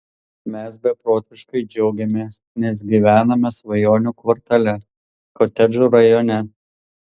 mes beprotiškai džiaugiamės nes gyvename svajonių kvartale kotedžų rajone